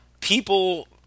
people –